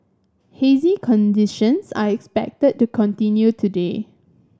hazy conditions are expected to continue today